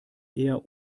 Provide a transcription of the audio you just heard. eher